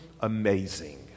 amazing